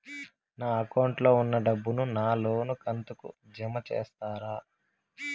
నా అకౌంట్ లో ఉన్న డబ్బును నా లోను కంతు కు జామ చేస్తారా?